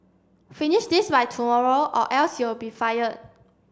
finish this by tomorrow or else you'll be fired